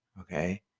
Okay